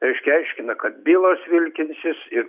reiškia aiškina kad bylos vilkinsis ir